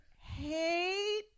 hate